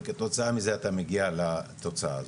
וכתוצאה מזה אתה מגיע לתוצאה הזאת.